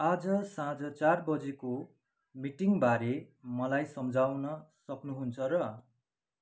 आज साँझ चार बजेको मिटिङबारे मलाई सम्झाउन सक्नुहुन्छ र